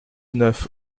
neuf